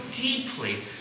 deeply